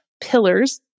pillars